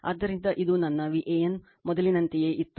ಆದ್ದರಿಂದ ಇದು ನನ್ನ Van ಮೊದಲಿನಂತೆಯೇ ಇತ್ತು